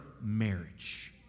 marriage